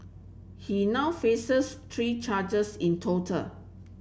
he now faces three charges in total